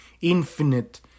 infinite